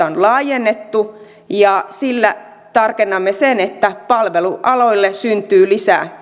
on laajennettu ja sillä tarkennamme sen että palvelualoille syntyy lisää